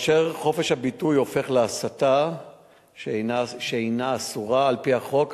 כאשר חופש הביטוי הופך להסתה שאינה אסורה על-פי החוק,